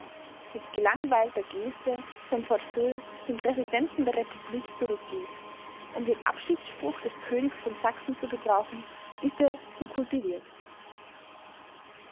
mit gelangweilter geste sein portefeuille dem präsidenten der republik zurückgeben um den abschiedsspruch des königs von sachsen zu gebrauchen ist er zu kultiviert